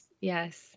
Yes